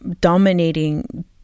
dominating